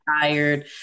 tired